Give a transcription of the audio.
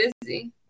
busy